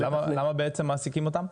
למה בעצם מעסיקים אותם?